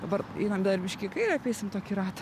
dabar einam dar biškį į kairę apeisim tokį ratą